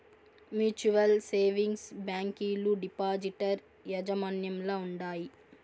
mutual savings బ్యాంకీలు depositor యాజమాన్యంల ఉండాయి